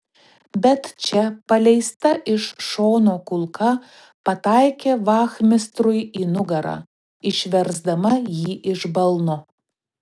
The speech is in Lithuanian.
bet čia paleista iš šono kulka pataikė vachmistrui į nugarą išversdama jį iš balno